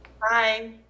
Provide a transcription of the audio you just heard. Bye